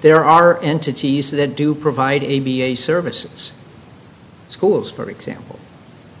there are entities that do provide a b a services schools for example